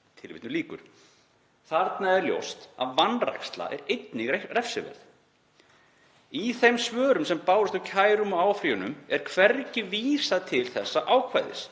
vanrækir hana.“ Þarna er ljóst að vanræksla er einnig refsiverð. Í þeim svörum sem bárust við kærum og áfrýjunum er hvergi vísað til þessa ákvæðis